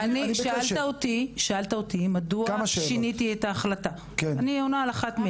שאלת אותי מדוע שיניתי את החלטתי,